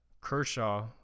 Kershaw